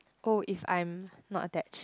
oh if I'm not attached